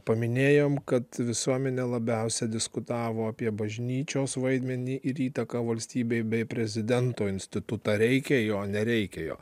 paminėjome kad visuomenė labiausiai diskutavo apie bažnyčios vaidmenį ir įtaką valstybei bei prezidento institutą reikia jo nereikia jo